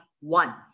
one